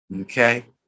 okay